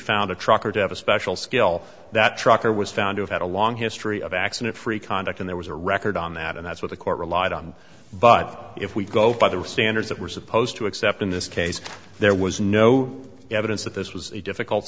found a trucker to have a special skill that trucker was found to have had a long history of accident free conduct and there was a record on that and that's what the court relied on but if we go by the standards that we're supposed to accept in this case there was no evidence that this was a difficult